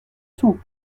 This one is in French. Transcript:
tout